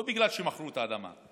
לא בגלל שמכרו את האדמה,